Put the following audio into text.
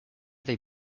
they